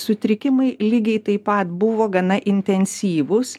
sutrikimai lygiai taip pat buvo gana intensyvūs